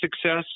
success